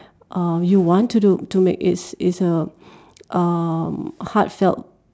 uh you want to do to make it's it's a um heartfelt